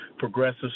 progressive